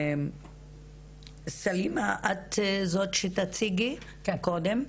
סלימה את זאת שתציגי קודם.